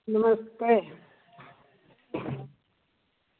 नमस्ते